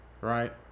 right